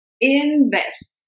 Invest